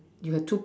you can too